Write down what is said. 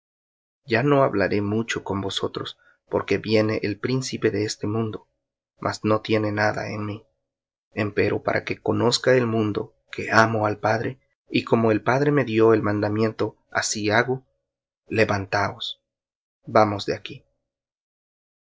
ya no hablaré mucho con vosotros porque viene el príncipe de este mundo mas no tiene nada en mí empero para que conozca el mundo que amo al padre y como el padre me dió el mandamiento así hago levantaos vamos de aquí